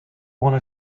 wanna